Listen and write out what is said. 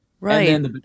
Right